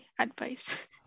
advice